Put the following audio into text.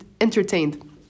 entertained